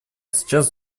сейчас